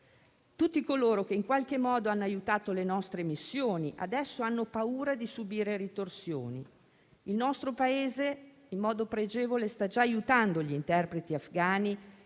Tutti coloro che hanno aiutato le nostre missioni adesso hanno paura di subire ritorsioni. Il nostro Paese, in modo pregevole, sta già aiutando gli interpreti afghani